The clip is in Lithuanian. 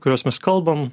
kurios mes kalbam